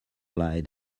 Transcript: light